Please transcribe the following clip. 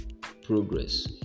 progress